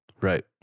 Right